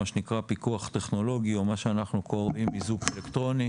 מה שנקרא פיקוח טכנולוגי או מה שאנחנו קוראים איזוק אלקטרוני.